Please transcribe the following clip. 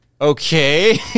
okay